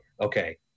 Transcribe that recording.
okay